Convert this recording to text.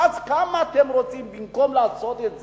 ואז מה אתם רוצים, במקום לעשות את זה,